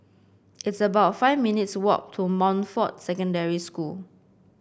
it's about five minutes' walk to Montfort Secondary School